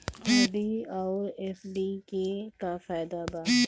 RD आउर FD के का फायदा बा?